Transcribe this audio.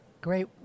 great